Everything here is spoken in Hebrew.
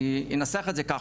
אני אנסח את זה ככה,